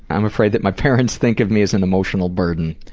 i'm afraid that my parents think of me as an emotional burden.